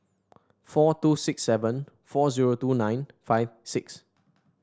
four two six seven four zero two nine five six